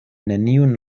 neniun